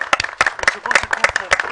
אני מודה לכולם,